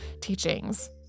teachings